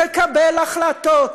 תקבל החלטות,